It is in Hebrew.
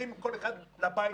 הולכים כל אחד לבית הפרטי שלו.